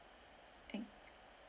and